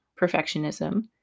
perfectionism